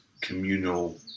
communal